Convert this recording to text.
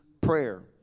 prayer